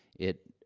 it, ah,